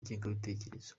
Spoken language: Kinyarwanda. ingengabitekerezo